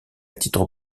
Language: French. titre